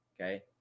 okay